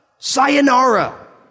Sayonara